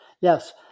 yes